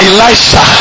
Elisha